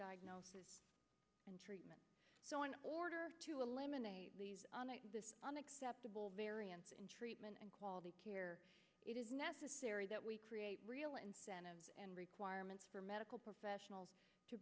diagnosis and treatment so in order to eliminate this on acceptable variance in treatment and quality care it is necessary that we create real incentives and requirements for medical professionals to